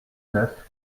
neuf